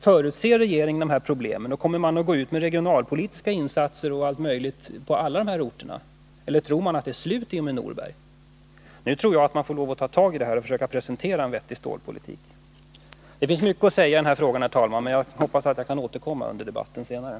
Förutser regeringen de problemen, och kommer man att gå ut med regionalpolitiska insatser och allt möjligt på alla de här orterna, eller tror man att det är slut i och med Norberg? Nu tror jag att man får lov att ta tag i det här och presentera en vettig stålpolitik. Det finns mycket mer att säga i denna fråga, herr talman, och jag hoppas att jag kan återkomma senare under debatten.